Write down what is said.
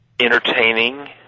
entertaining